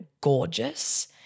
gorgeous